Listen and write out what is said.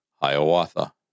Hiawatha